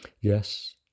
Yes